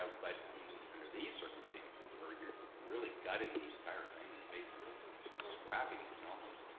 but under these circumstances where you're really gutting the entire thing and basically scrapping it and almost